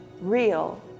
real